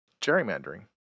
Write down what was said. gerrymandering